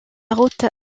route